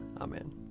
amen